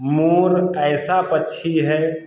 मोर ऐसा पक्षी है